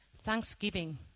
Thanksgiving